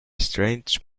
strange